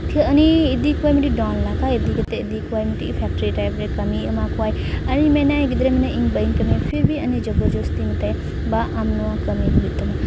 ᱩᱱᱤ ᱤᱫᱤ ᱠᱚᱣᱟᱭ ᱢᱤᱫᱴᱤᱡ ᱰᱚᱱ ᱞᱟᱜᱟᱜᱼᱟ ᱤᱫᱤ ᱠᱟᱛᱮᱜ ᱤᱫᱤ ᱠᱚᱣᱟᱭ ᱢᱤᱫᱴᱮᱡ ᱯᱷᱮᱠᱴᱮᱨᱤ ᱨᱮ ᱠᱟᱹᱢᱤᱭ ᱮᱢᱟ ᱠᱚᱣᱟᱭ ᱟᱨᱮ ᱢᱮᱱᱟᱭ ᱜᱤᱫᱽᱨᱟᱹ ᱢᱮᱱᱟᱭ ᱤᱧ ᱵᱟᱹᱧ ᱠᱟᱹᱢᱤᱭᱟ ᱯᱷᱤᱨ ᱵᱷᱤ ᱩᱱᱤ ᱡᱚᱵᱚᱨ ᱡᱚᱥᱛᱤ ᱢᱮᱛᱟᱭᱟᱭ ᱵᱟ ᱟᱢ ᱱᱚᱣᱟ ᱠᱟᱹᱢᱤ ᱦᱩᱭᱩᱜ ᱛᱟᱢᱟ